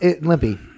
limpy